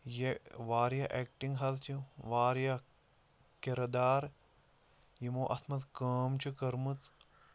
یہِ واریاہ ایکٹِنٛگ حظ چھِ واریاہ کِردار یِمو اَتھ منٛز کٲم چھِ کٔرمٕژ